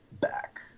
back